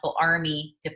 army